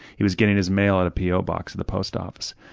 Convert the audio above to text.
he was getting his mail at a po box at the post office.